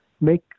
make